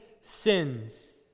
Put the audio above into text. sins